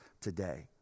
today